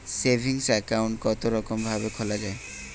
Saving account কতরকম ভাবে খোলা য়ায়?